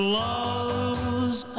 love's